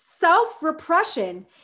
self-repression